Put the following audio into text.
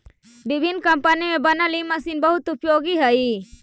विभिन्न कम्पनी में बनल इ मशीन बहुत उपयोगी हई